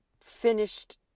finished